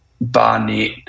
Barnett